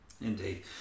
Indeed